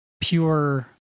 pure